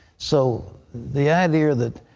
so the idea that,